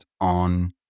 on